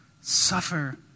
suffer